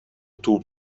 توپ